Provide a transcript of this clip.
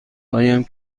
هایم